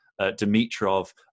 Dimitrov